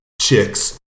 chicks